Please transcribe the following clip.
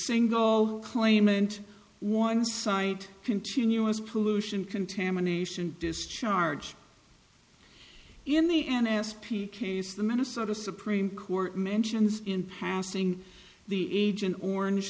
single claimant one site continuous pollution contamination discharge in the n s p case the minnesota supreme court mentions in passing the agent orange